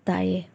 ꯇꯥꯏꯌꯦ